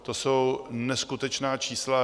To jsou neskutečná čísla.